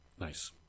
Nice